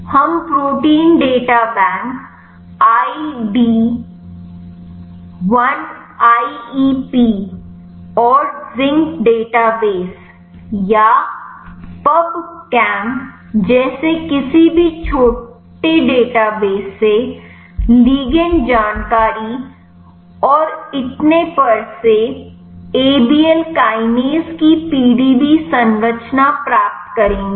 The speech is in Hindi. हम protein data bank I D 1IEP और जिंक डेटाबेस या पबकेम जैसे किसी भी छोटे डेटाबेस से लिगंड जानकारी और इतने पर से ए बी ल काइनेज की PDB संरचना प्राप्त करेंगे